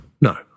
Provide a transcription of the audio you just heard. No